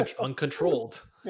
uncontrolled